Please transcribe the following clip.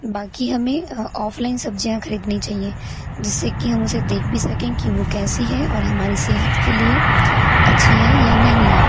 बाकी हमें ऑफ़लाइन सब्ज़ियाँ खरीदनी चाहिएं जिससे कि हम उसे देख भी सकें कि वो कैसी हैं और हमारी सेहत के लिए अच्छी है या नहीं हैं